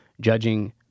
judging